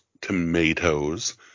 tomatoes